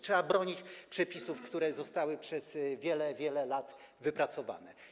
Trzeba bronić przepisów, które zostały w ciągu wielu, wielu lat wypracowane.